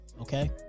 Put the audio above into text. Okay